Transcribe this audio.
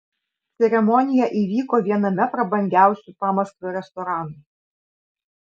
ceremonija įvyko viename prabangiausių pamaskvio restoranų